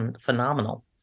phenomenal